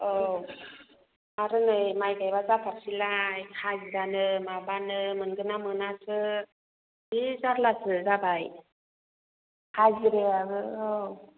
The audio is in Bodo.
औ आरो नै माइ गायब्ला जाथारसैलाय हाजिरानो माबानो मोनगोन ना मोनासो जि जारलासो जाबाय हाजिरायाबो औ